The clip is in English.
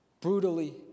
brutally